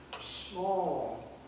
small